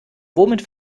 womit